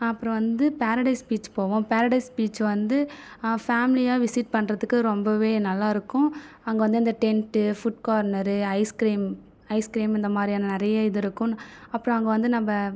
அப்புறம் வந்து Paradise Beach போவோம் பேரடைஸ் பீச் வந்து ஃபேமிலியாக விசிட் பண்ணுறதுக்கு ரொம்பவே நல்லா இருக்கும் அங்கே வந்து இந்த tent food corner ice cream ice cream இந்த மாதிரியான நிறைய இது இருக்கும் அப்பறம் அங்கே வந்து நம்ம